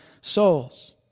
souls